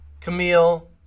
Camille